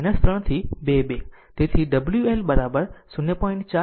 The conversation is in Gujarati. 2 10 હશે 3 થી 2 2 તેથી wL 0